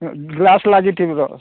glass ଲାଗିଥିବ